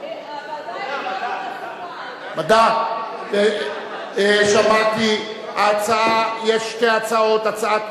עברה בקריאה טרומית ותועבר,